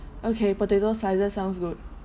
okay potato slices sounds good